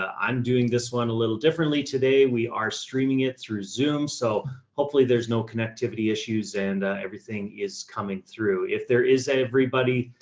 ah i'm doing this one a little differently today. we are streaming it through zoom. so hopefully there's no connectivity issues and everything is coming through. if there is everybody,